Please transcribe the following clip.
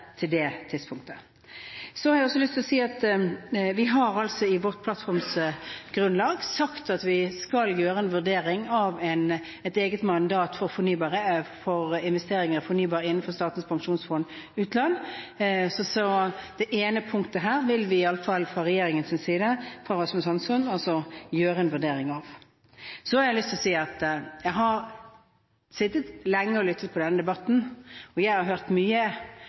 til det tidspunktet. Så har jeg også lyst til å si at vi i vårt plattformsgrunnlag har sagt at vi skal gjøre en vurdering av et eget mandat for investeringer av fornybar energiproduksjon innenfor Statens pensjonsfond utland. Så det ene punktet her vil vi iallfall fra regjeringens side – for Rasmus Hansson – gjøre en vurdering av. Så har jeg lyst til å si at jeg har sittet lenge og lyttet til denne debatten. Vi har hørt mye